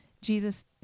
Jesus